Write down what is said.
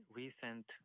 recent